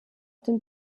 dem